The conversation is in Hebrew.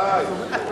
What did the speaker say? די.